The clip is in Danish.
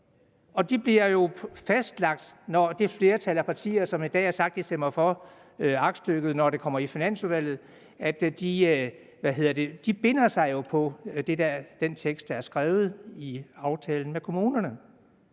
Og de bliver jo fastlagt, når det flertal af partier, som i dag har sagt, at de stemmer for aktstykket, når det kommer i Finansudvalget, stemmer for, for de binder sig jo til den tekst, der er skrevet i aftalen med kommunerne.